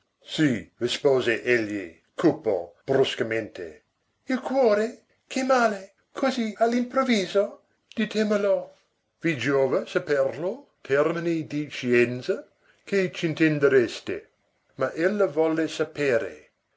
sì rispose egli cupo bruscamente il cuore che male così all improvviso itemelo i giova saperlo termini di scienza che c'intendereste ma ella volle sapere